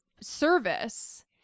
service